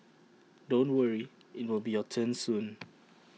don't worry IT will be your turn soon